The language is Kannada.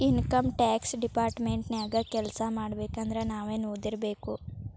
ಇನಕಮ್ ಟ್ಯಾಕ್ಸ್ ಡಿಪಾರ್ಟ್ಮೆಂಟ ನ್ಯಾಗ್ ಕೆಲ್ಸಾಮಾಡ್ಬೇಕಂದ್ರ ನಾವೇನ್ ಒದಿರ್ಬೇಕು?